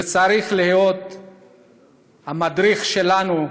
זה צריך להיות המדריך שלנו,